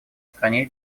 стране